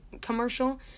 commercial